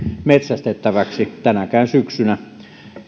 metsästettäväksi tänäkään syksynä